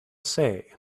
say